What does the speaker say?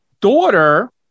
daughter